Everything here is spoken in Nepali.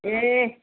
ए